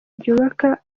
byubaka